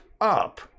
up